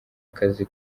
akazi